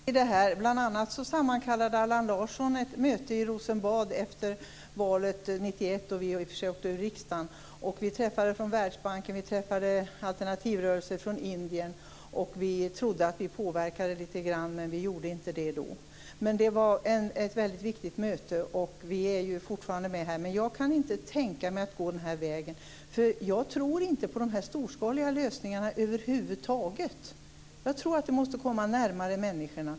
Fru talman! Jag har deltagit i det här. Allan Larsson sammankallade ett möte i Rosenbad efter valet 1991 - då vi i och för sig åkte ur riksdagen. Vi träffade representanter för Världsbanken och alternativrörelser från Indien. Vi trodde att vi påverkade litet grand, men vi gjorde inte det. Men det var ett mycket viktigt möte. Vi är fortfarande med här. Jag kan inte tänka mig att gå den här vägen, därför att jag tror inte på de storskaliga lösningarna över huvud taget. Jag tror att man måste komma närmare människorna.